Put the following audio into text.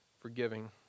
forgiving